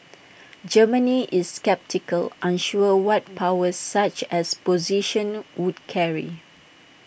Germany is sceptical unsure what powers such A position would carry